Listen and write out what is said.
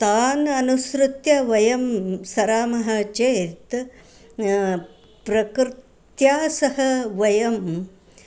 तान् अनुसृत्य वयं सरामः चेत् प्रकृत्या सह वयं